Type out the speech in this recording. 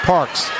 Parks